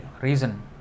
reason